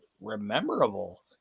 rememberable